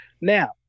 Now